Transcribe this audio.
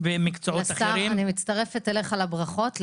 אני מצטרפת אליך לברכות.